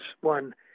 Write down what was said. One